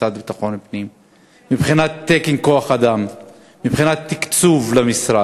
המשרד לביטחון פנים מבחינת תקן כוח-אדם ומבחינת תקצוב למשרד.